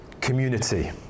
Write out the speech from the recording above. community